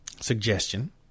suggestion